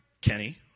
Kenny